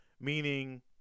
meaning